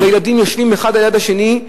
וילדים יושבים אחד ליד השני,